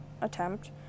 attempt